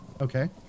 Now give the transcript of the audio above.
Okay